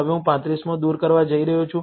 હવે હું 35 મો દૂર કરવા જઇ રહ્યો છું